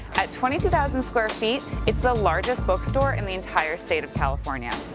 at twenty two thousand square feet, it's the largest bookstore in the entire state of california.